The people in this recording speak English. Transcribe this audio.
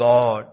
God